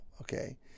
Okay